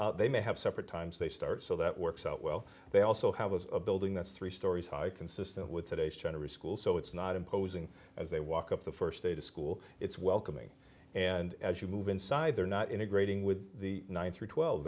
they may have separate times they start so that works out well they also how was a building that's three stories high consists with today's generous school so it's not imposing as they walk up the st day to school it's welcoming and as you move inside they're not integrating with the nine through twelve